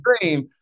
Dream